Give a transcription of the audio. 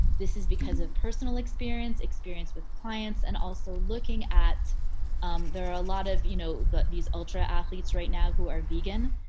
this is because of personal experience experience with clients and also looking at there are a lot of you know but these ultra athletes right now who are vegan.